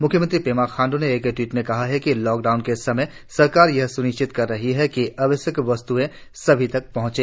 म्ख्यमंत्री पेमा खांडू ने एक ट्वीट में कहा है कि लॉकडाउन के समय सरकार यह स्निश्चित कर रही है कि आवश्यक वस्त् सभी तक पहुंचे